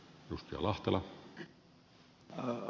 arvoisa puhemies